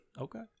Okay